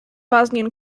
bosnian